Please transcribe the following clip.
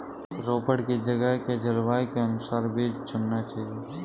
रोपड़ की जगह के जलवायु के अनुसार बीज चुनना चाहिए